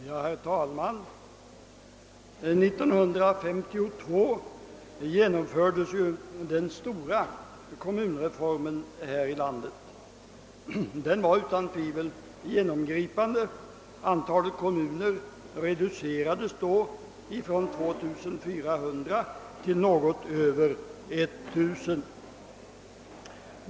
Herr talman! År 1952 genomfördes den stora kommunreformen här i landet. Den var utan tvivel genomgripande. Antalet kommuner reducerades då från 2 400 till något över 1 000.